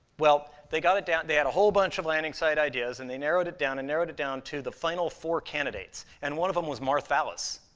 well, they got it down they had a whole bunch of landing-site ideas, and they narrowed it down and narrowed it down to the final four candidates, and one of them was mawrth vallis.